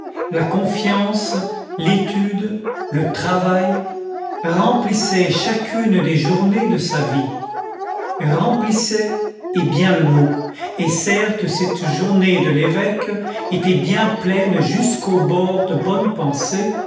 la confiance l'étude le travail remplissaient chacune des journées de sa vie remplissaient est bien le mot et certes cette journée de l'évêque était bien pleine jusqu'aux bords de bonnes pensées